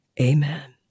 Amen